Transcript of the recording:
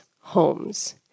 homes